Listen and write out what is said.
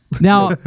now